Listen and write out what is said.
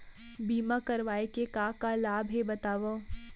बीमा करवाय के का का लाभ हे बतावव?